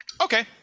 Okay